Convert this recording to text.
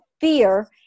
fear